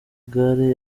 gare